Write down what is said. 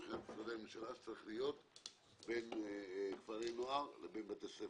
מבחינת משרדי הממשלה בין כפרי נוער לבין בתי ספר.